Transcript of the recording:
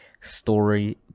story